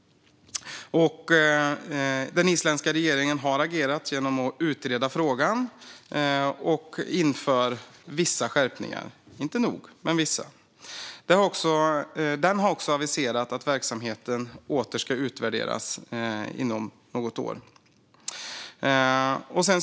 Den isländska regeringen har agerat genom att utreda frågan. Man inför vissa skärpningar, men det är inte nog. Man har också aviserat att verksamheten åter ska utvärderas inom något år.